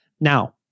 Now